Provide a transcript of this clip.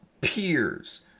peers